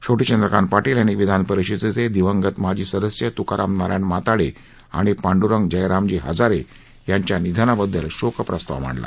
शेवटी चंद्रकांत पाटील यांनी विधान परिषदेचे दिवंगत माजी सदस्य तुकाराम नारायण माताडे आणि पांड्रंग जयरामजी हजारे यांच्या निधनाबद्दल शोकप्रस्ताव मांडला